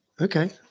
okay